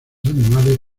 animales